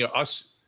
ah us,